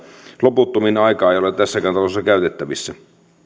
loputtomiin aikaa ei ole tässäkään talossa käytettävissä